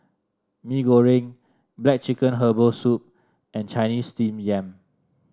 Mee Goreng black chicken Herbal Soup and Chinese Steamed Yam